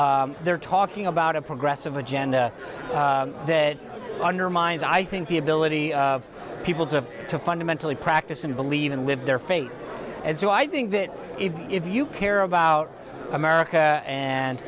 they're talking about a progressive agenda that undermines i think the ability of people to to fundamentally practice and believe and live their faith and so i think that if you care about america and